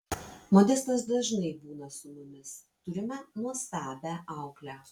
modestas dažnai būna su mumis turime nuostabią auklę